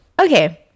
Okay